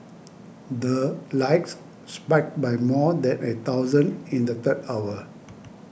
the likes spiked by more than a thousand in the third hour